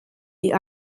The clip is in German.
die